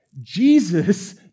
Jesus